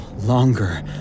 longer